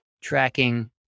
tracking